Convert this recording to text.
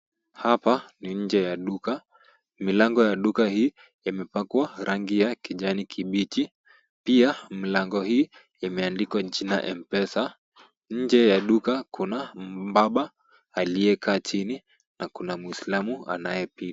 Hapa ni nje ya duka. Milango ya duka hii yamepakwa rangi ya kijani kibichi. Pia mlango hii imeandikwa jina M-Pesa. Nje ya duka kuna mbaba aliyekaa chini na kuna muislamu anayepita.